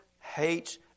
hates